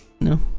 No